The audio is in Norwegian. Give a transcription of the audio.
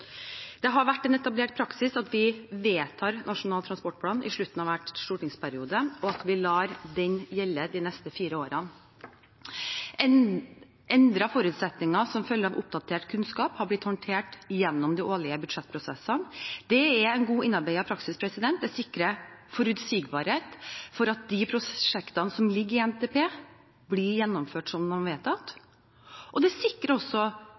slutten av hver stortingsperiode, og at man lar den gjelde de neste fire årene. Endrede forutsetninger som følge av oppdatert kunnskap har blitt håndtert gjennom de årlige budsjettprosessene. Det er en godt innarbeidet praksis. Det sikrer forutsigbarhet for at de prosjektene som ligger i NTP, blir gjennomført som vedtatt. Det sikrer også